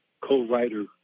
co-writer